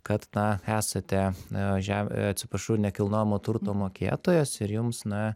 kad na esate žem atsiprašau nekilnojamo turto mokėtojas ir jums na